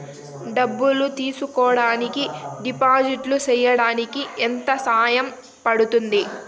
డబ్బులు తీసుకోడానికి డిపాజిట్లు సేయడానికి ఎంత సమయం పడ్తుంది